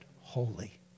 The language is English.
holy